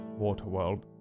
Waterworld